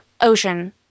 ocean